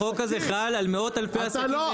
החוק הזה חל על מאות אלפי עסקים.